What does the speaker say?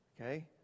Okay